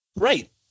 right